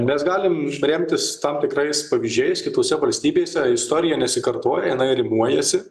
mes galim remtis tam tikrais pavyzdžiais kitose valstybėse istorija nesikartoja jinai rimuojasi